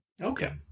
okay